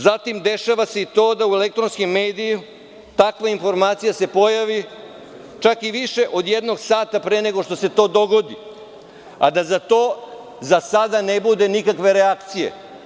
Zatim, dešava se i to da u elektronskim medijama takva informacija se pojavi čak i više od jednog sata pre nego što se to dogodi, a da za to za sada ne bude nikakve reakcije.